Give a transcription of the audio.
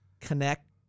connect